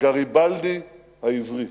"הגריבלדי העברי".